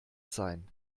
sein